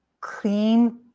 clean